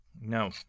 No